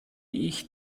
ich